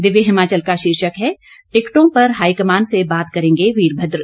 दिव्य हिमाचल का शीर्षक है टिकटों पर हाईकमान से बात करेंगे वीरभद्र